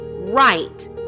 Right